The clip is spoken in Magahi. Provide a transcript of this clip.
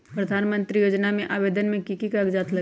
प्रधानमंत्री योजना में आवेदन मे की की कागज़ात लगी?